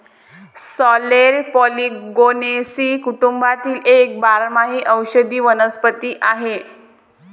sorrel Polygonaceae कुटुंबातील एक बारमाही औषधी वनस्पती आहे